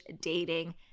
dating